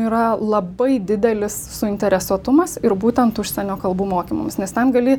yra labai didelis suinteresuotumas ir būtent užsienio kalbų mokymams nes ten gali